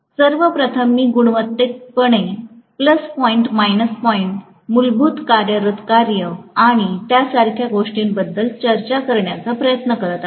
सर्व प्रथम मी गुणात्मकपणे प्लस पॉइंट मायनस पॉइंट मूलभूत कार्यरत कार्य आणि त्यासारख्या गोष्टींबद्दल चर्चा करण्याचा प्रयत्न करीत आहे